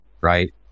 right